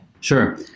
Sure